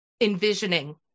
envisioning